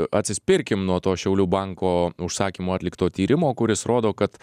atsispirkim nuo to šiaulių banko užsakymu atlikto tyrimo kuris rodo kad